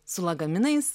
su lagaminais